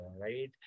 right